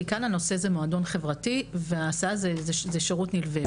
כי כאן הנושא זה מועדון חברתי והסעה זה שירות נלווה,